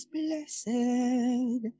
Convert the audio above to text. blessed